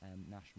national